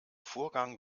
vorgang